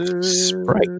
Sprite